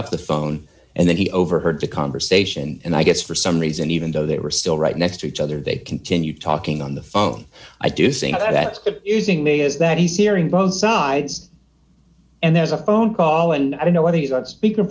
up the phone and then he overheard the conversation and i guess for some reason even though they were still right next to each other they continue talking on the phone i do think that using me is that he's hearing both sides and there's a phone call and i don't know whether he's on speaker